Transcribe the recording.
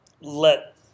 let